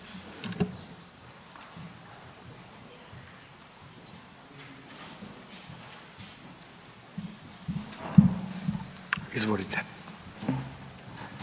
Izvolite.